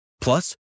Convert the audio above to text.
Plus